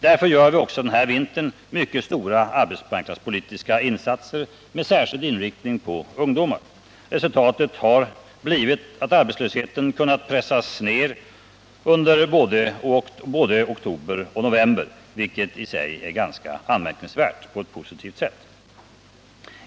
Därför gör vi också den här vintern mycket stora arbetsmarknadspolitiska insatser med särskild inriktning på ungdomar. Resultatet har blivit att arbetslösheten kunnat pressas ner under både oktober och november, vilket i sig är ganska anmärkningsvärt på ett positivt sätt.